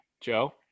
Joe